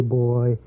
boy